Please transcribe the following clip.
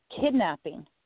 kidnapping